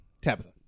Tabitha